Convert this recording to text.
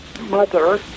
mother